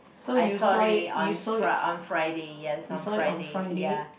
I sorry on Fri~ on Friday yes on Friday ya